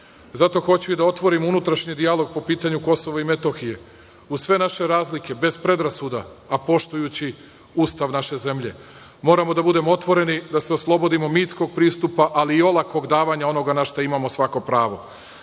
sebe. Zato hoću da otvorim unutrašnji dijalog po pitanju Kosova i Metohije. Uz sve naše razlike, bez predrasuda, a poštujući Ustav naše zemlje, moramo da budemo otvoreni, da se oslobodimo mitskog pristupa, ali i olakog davanja onoga na šta imamo svako pravo.